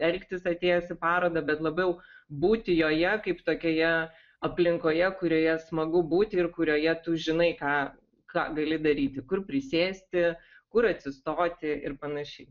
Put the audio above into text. elgtis atėjęs į parodą bet labiau būti joje kaip tokioje aplinkoje kurioje smagu būti ir kurioje tu žinai ką ką gali daryti kur prisėsti kur atsistoti ir panašiai